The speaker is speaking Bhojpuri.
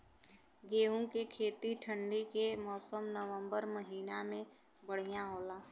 गेहूँ के खेती ठंण्डी के मौसम नवम्बर महीना में बढ़ियां होला?